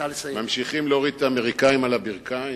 ממשיכים להוריד את האמריקנים על הברכיים?